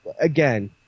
again